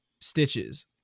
stitches